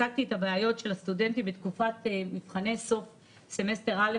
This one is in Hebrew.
הצגתי את הבעיות של הסטודנטים בתקופת מבחני סוף סמסטר א',